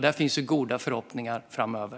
Där finns goda förhoppningar framöver.